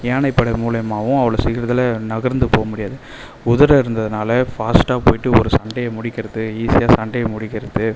யானை படை மூலியமாவும் அவ்வளோ சீக்கிரத்தில் நகர்ந்து போக முடியாது குதிரை இருந்ததுனால ஃபாஸ்ட்டாக போயிவிட்டு ஒரு சண்டையை முடிக்கிறது ஈஸியாக சண்டையை முடிக்கிறது